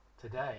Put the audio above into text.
today